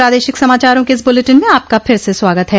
प्रादेशिक समाचारों के इस बुलेटिन में आपका फिर से स्वागत है